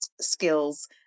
skills